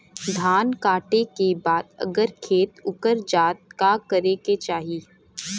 धान कांटेके बाद अगर खेत उकर जात का करे के चाही?